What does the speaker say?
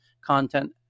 Content